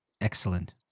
excellent